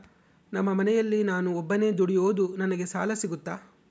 ನಮ್ಮ ಮನೆಯಲ್ಲಿ ನಾನು ಒಬ್ಬನೇ ದುಡಿಯೋದು ನನಗೆ ಸಾಲ ಸಿಗುತ್ತಾ?